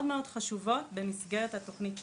מאוד ספציפיות וחשובות במסגרת התוכנית שלנו.